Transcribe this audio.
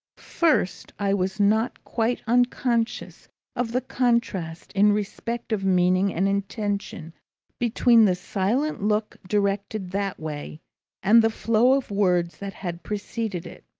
first, i was not quite unconscious of the contrast in respect of meaning and intention between the silent look directed that way and the flow of words that had preceded it.